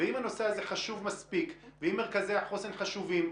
אם הנושא הזה חשוב מספיק ואם מרכזי החוסן חשובים,